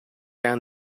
down